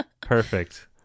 perfect